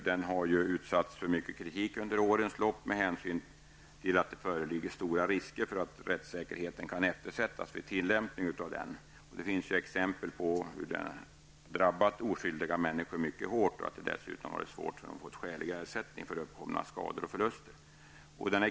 Den har ju utsatts för mycket kritik under årens lopp med hänsyn till att det föreligger stora risker för att rättssäkerheten kan eftersättas vid tillämpningen av lagen. Det finns exempel på hur den mycket hårt har drabbat oskyldiga människor, och det har dessutom varit svårt för dem att få skälig ersättning för uppkomna skador och förluster.